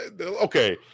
Okay